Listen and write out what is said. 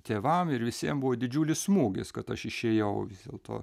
tėvam ir visiem buvo didžiulis smūgis kad aš išėjau vis dėlto